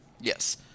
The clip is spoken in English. Yes